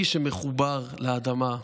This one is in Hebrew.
איש שמחובר לאדמה,